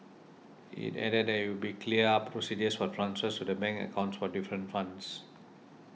it added that it would be clear up procedures for transfers to the bank accounts for different funds